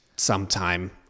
sometime